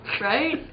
right